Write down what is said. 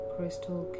Crystal